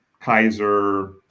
kaiser